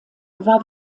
war